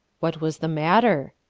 what was the matter?